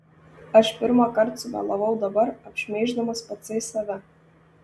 aš pirmąkart sumelavau dabar apšmeiždamas patsai save